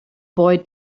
boy